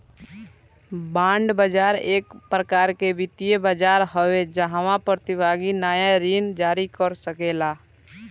bond बाजार एक प्रकार के वित्तीय बाजार हवे जाहवा प्रतिभागी नाया ऋण जारी कर सकेला